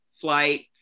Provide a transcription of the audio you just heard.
flight